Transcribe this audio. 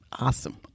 Awesome